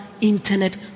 internet